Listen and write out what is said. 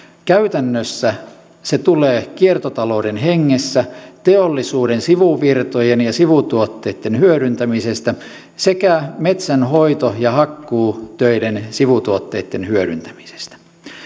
käytännössä se tulee kiertotalouden hengessä teollisuuden sivuvirtojen ja sivutuotteitten hyödyntämisestä sekä metsänhoito ja hakkuutöiden sivutuotteitten hyödyntämisestä